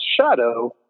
Shadow